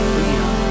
Freedom